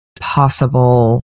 possible